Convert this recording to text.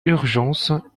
urgence